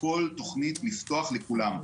צריך תמיד כל תוכנית לפתוח לכולם.